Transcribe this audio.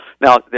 Now